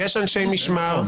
יש אנשי משמר.